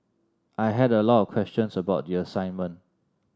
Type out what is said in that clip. I had a lot of questions about the assignment